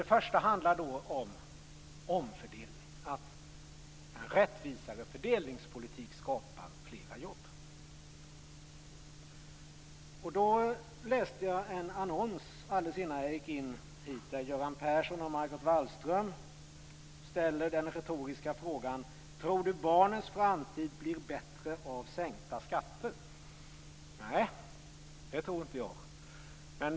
Den första punkten handlar om omfördelning - rättvisare fördelningspolitik skapar fler jobb. Jag läste en annons alldeles innan jag kom in där Göran Persson och Margot Wallström ställer den retoriska frågan: Tror du att barnens framtid blir bättre av sänkta skatter? Nej, det tror inte jag.